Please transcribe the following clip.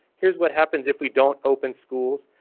here's what happens if we don't open schools,